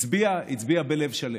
הצביע, הצביע בלב שלם.